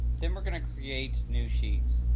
then we're going to create new sheets.